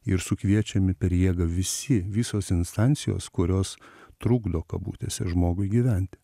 ir sukviečiami per jėgą visi visos instancijos kurios trukdo kabutėse žmogui gyvent